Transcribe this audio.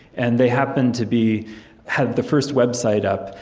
and they happened to be had the first website up,